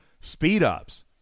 speed-ups